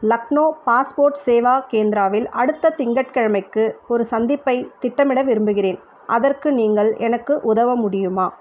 Lucknow passport Seva கேந்திராவில் அடுத்த திங்கட்கிழமைக்கு ஒரு சந்திப்பைத் திட்டமிட விரும்புகிறேன் அதற்கு நீங்கள் எனக்கு உதவ முடியுமா